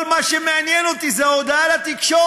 כל מה שמעניין אותי זה ההודעה לתקשורת.